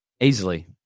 Easily